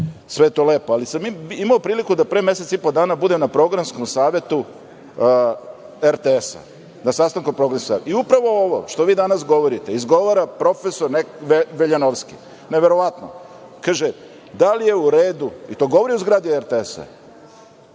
sve je to lepo, ali sam imao priliku da pre mesec i po dana budem na sastanku Programskog saveta RTS-a. I upravo ovo što vi danas govorite izgovara profesor Veljanovski. Neverovatno. Kaže - da li je u redu, i to govori u zgradi RTS-a,